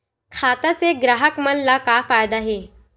खाता से ग्राहक मन ला का फ़ायदा हे?